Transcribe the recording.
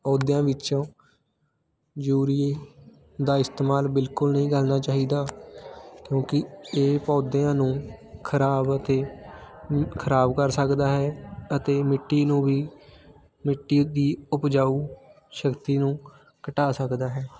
ਪੌਦਿਆਂ ਵਿੱਚੋਂ ਯੂਰੀਏ ਦਾ ਇਸਤੇਮਾਲ ਬਿਲਕੁਲ ਨਹੀਂ ਕਰਨਾ ਚਾਹੀਦਾ ਕਿਉਂਕਿ ਇਹ ਪੌਦਿਆਂ ਨੂੰ ਖਰਾਬ ਅਤੇ ਖਰਾਬ ਕਰ ਸਕਦਾ ਹੈ ਅਤੇ ਮਿੱਟੀ ਨੂੰ ਵੀ ਮਿੱਟੀ ਦੀ ਉਪਜਾਊ ਸ਼ਕਤੀ ਨੂੰ ਘਟਾ ਸਕਦਾ ਹੈ